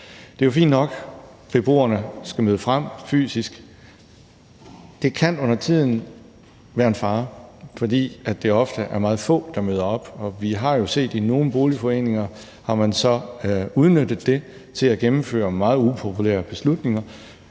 det er fint nok, at beboerne skal møde frem fysisk, men at det undertiden kan være en fare, fordi det ofte er meget få, der møder op, og vi har jo set i nogle boligforeninger, at man så har udnyttet det til at gennemføre meget upopulære beslutninger,